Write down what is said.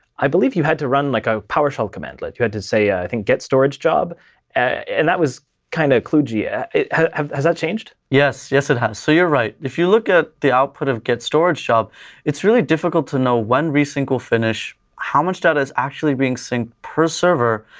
i believe you had to run like a powershell command. like you had to say, i think, get-storagejob. and that was kind of kluge. yeah has has that changed? yes, it has. so you're right. if you look at the output of get-storagejob, it's really difficult to know when re-sync will finish, how much data is actually being sync per server,